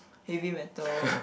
heavy metal